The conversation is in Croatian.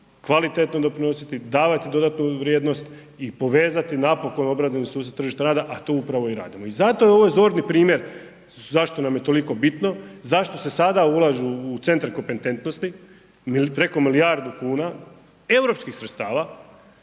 kvalitetno doprinositi, davati dodatnu vrijednost i povezati napokon …/nerazumljivo/… sustav tržišta rada, a to upravo i radimo. I zato je ovo zorni primjer zašto nam je toliko bitno, zašto se sada ulažu u centar kompetentnosti preko milijardu kuna europskih sredstava,